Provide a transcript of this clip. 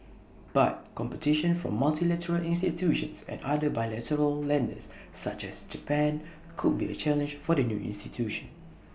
but competition from multilateral institutions and other bilateral lenders such as Japan could be A challenge for the new institution